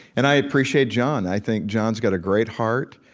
and i appreciate john. i think john's got a great heart,